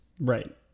Right